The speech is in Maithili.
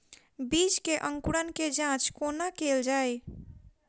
बीज केँ अंकुरण केँ जाँच कोना केल जाइ?